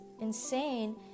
insane